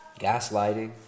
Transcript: gaslighting